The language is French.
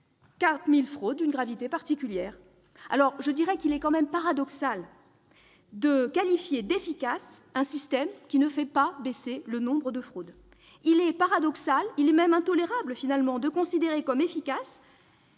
4 000 fraudes d'une gravité particulière ... Il est quand même paradoxal de qualifier d'efficace un système qui ne fait pas baisser le nombre de fraudes. Il est tout aussi paradoxal, et même intolérable, de considérer comme efficace